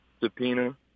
subpoena